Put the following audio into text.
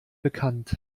bekannt